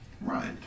Right